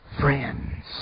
friends